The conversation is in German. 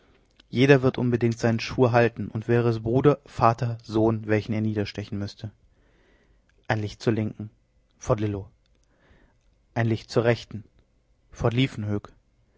jeder wird unbedingt seinen schwur halten und wäre es bruder vater sohn den er niederstechen müßte ein licht zur linken fort lillo ein licht zur rechten